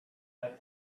that